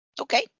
Okay